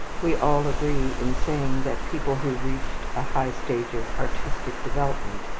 we all agree in saying that people who reached a high stage of artistic development,